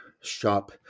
shop